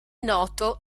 noto